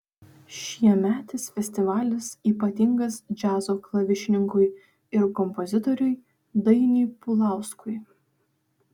šiemetis festivalis ypatingas džiazo klavišininkui ir kompozitoriui dainiui pulauskui